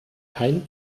kein